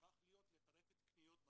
הפך להיות לטרפת קניות במדינה.